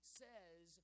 says